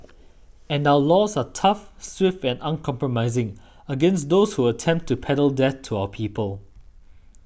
and our laws are tough swift and uncompromising against those who attempt to peddle death to our people